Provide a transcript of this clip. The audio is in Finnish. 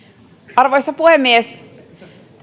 arvoisa puhemies